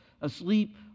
asleep